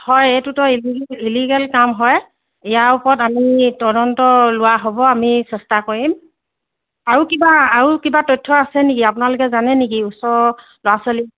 হয় এইটোতো ইলিগেল কাম হয় ইয়াৰ ওপৰত আমি তদন্ত লোৱা হ'ব আমি চেষ্টা কৰিম আৰু কিবা আৰু কিবা তথ্য আছে নেকি আপোনালোকে জানে নেকি ওচৰ ল'ৰা ছোৱালী